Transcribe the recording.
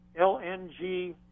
LNG